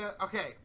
okay